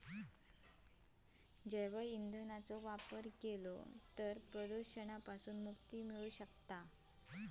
जैव ईंधनाचो वापर केल्यामुळा प्रदुषणातना मुक्ती मिळता